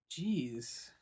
Jeez